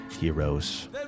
heroes